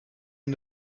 est